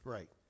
Right